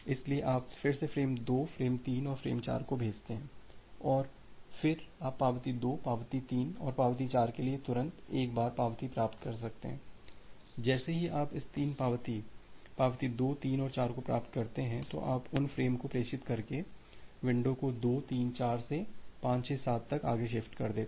इसलिए आप फिर से फ्रेम 2 फ्रेम 3 और फ्रेम 4 को भेजते हैं और फिर आप पावती 2 पावती 3 और पावती 4 के लिए तुरंत एक बार पावती प्राप्त कर सकते हैं जैसे ही आप इस 3 पावती पावती 2 3 और 4 को प्राप्त करते हैं तो आप उन फ्रेम को प्रेषित करके विंडो को 2 3 4 से 5 6 7 तक आगे शिफ्ट करें